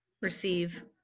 receive